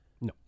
No